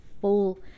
full